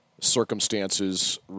circumstances